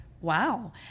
wow